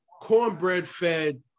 cornbread-fed